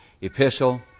epistle